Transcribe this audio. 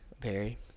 Barry